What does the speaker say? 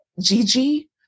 Gigi